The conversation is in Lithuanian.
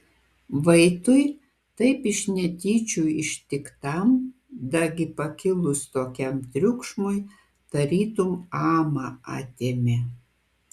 vaitui taip iš netyčių ištiktam dagi pakilus tokiam triukšmui tarytum amą atėmė